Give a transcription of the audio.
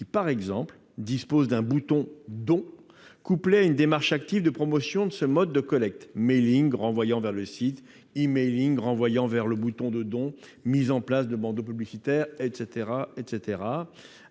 par exemple, un bouton « don » pratique également des actions de promotion de ce mode de collecte : mailing renvoyant vers le site, e-mailing renvoyant vers le bouton « don », mise en place de bandeaux publicitaires, etc.